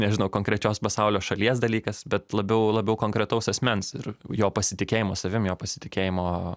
nežinau konkrečios pasaulio šalies dalykas bet labiau labiau konkretaus asmens ir jo pasitikėjimo savim jo pasitikėjimo